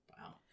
Wow